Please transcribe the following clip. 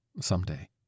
someday